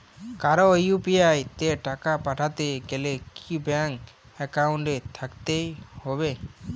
কারো ইউ.পি.আই তে টাকা পাঠাতে গেলে কি ব্যাংক একাউন্ট থাকতেই হবে?